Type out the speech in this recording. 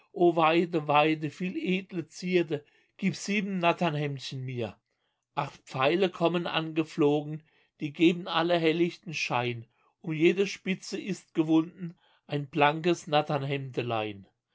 weide weide vieledle zierde gib sieben natternhemdchen mir acht pfeile kommen angeflogen die geben alle hellichten schein um jedes spitze ist gewunden ein blankes natternhemdelein